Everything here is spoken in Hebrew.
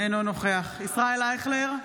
אינו נוכח ישראל אייכלר,